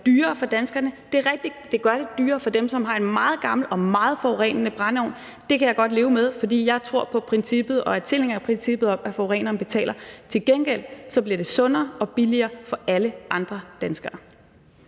er rigtigt, at det gør det dyrere for dem, som har en meget gammel og meget forurenende brændeovn, men det kan jeg godt leve med, for jeg tror på princippet og er tilhænger af princippet om, at forureneren betaler. Til gengæld bliver det sundere og billigere for alle andre danskere.